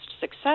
success